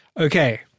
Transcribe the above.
Okay